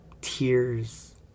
tears